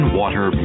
water